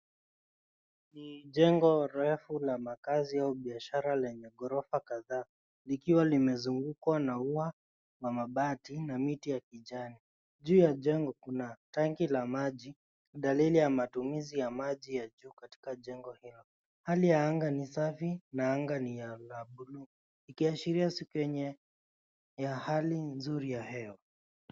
Ni jengo refu la makazi au biashara lenye gorofa kadhaa likiwa limezungukwa na ua wa mabati na miti ya kijani. Juu ya jengo, kuna tanki la maji dalili ya matumizi ya maji ya juu katika jengo hilo. Hali ya anga ni safi na anga ni ya- la bluu ikiashiria siku yenye- ya hali nzuri ya hewa.